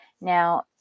Now